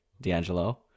D'Angelo